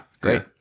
Great